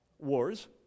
Wars